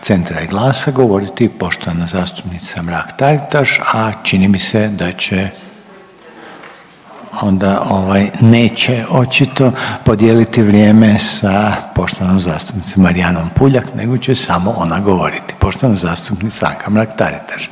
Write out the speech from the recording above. Centra i GLAS-a govoriti poštovana zastupnica Mrak Taritaš, a čini mi se da će onda ovaj neće očito podijeliti vrijeme sa poštovanom zastupnicom Marijanom Puljak nego će samo ona govoriti. Poštovana zastupnica Anka Mrak Taritaš,